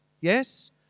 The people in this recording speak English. Yes